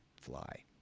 fly